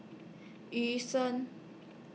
Yu Sheng